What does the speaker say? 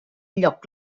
lloc